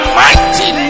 mighty